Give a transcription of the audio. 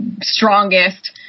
strongest